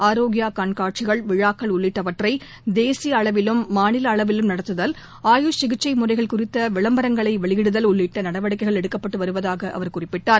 ஆரோக்யா கண்காட்சிகள் விழாக்கள் உள்ளிட்டவற்றை தேசிய அளவிலும் மாநில அளவிலும் நடத்துதல் ஆயுஷ் சிகிச்சை முறைகள் குறித்த விளம்பரங்களை வெளியிடுதல் உள்ளிட்ட நடவடிக்கைகள் எடுக்கப்பட்டு வருவதாக அவர் குறிப்பிட்டார்